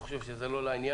אני חושב שזה לא לעניין.